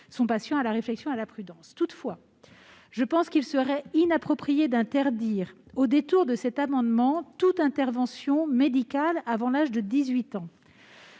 son patient à la réflexion et à la prudence. Je pense toutefois qu'il serait inapproprié d'interdire au détour de cet amendement toute intervention médicale avant l'âge de 18 ans.